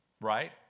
right